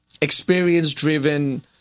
experience-driven